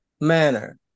manner